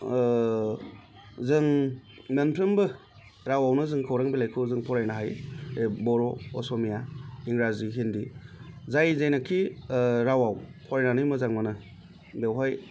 जों मोनफ्रोमबो रावआवनो जों खौरां बिलाइखौ जों फरायनो हायो जे बर' असमिया इंराजी हिन्दी जाय जायनाखि रावाव फरायनानै मोजां मोनो बेवहाय